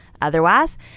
Otherwise